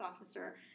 officer